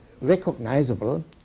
recognizable